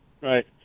Right